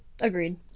Agreed